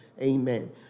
Amen